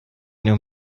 nur